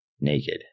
naked